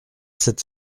sept